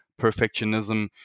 perfectionism